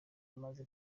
maze